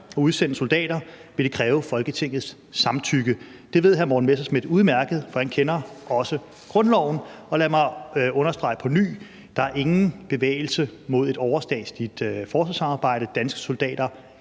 at udsende soldater, vil det kræve Folketingets samtykke. Det ved hr. Morten Messerschmidt udmærket, for han kender også grundloven. Og lad mig understrege på ny: Der er ingen bevægelse mod et overstatsligt forsvarssamarbejde. Danske soldater